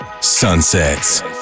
Sunsets